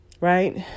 right